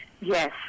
Yes